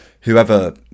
whoever